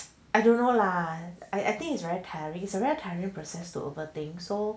I don't know lah I I think it's very tiring process to overthink so